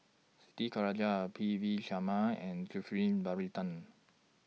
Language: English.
Siti Khalijah Are P V Sharma and Zulkifli Baharudin